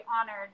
honored